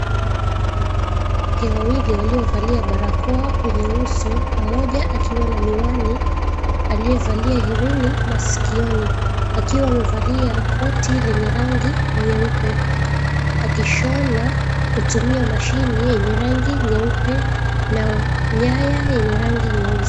Wanawake wawili waliovalia barakoa kwenye uso, moja akiwa na miwani aliyevalia herini maskioni wakiwa wamevalia koti lenye rangi nyeupe. Akishona kutumia mashini yenye rangi nyeupe na nyaya yenye rangi nyeusi.